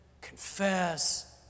confess